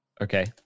Okay